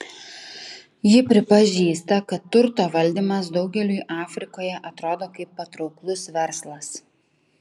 ji pripažįsta kad turto valdymas daugeliui afrikoje atrodo kaip patrauklus verslas